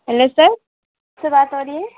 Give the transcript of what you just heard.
hello sir किससे बात हो रही है